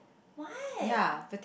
what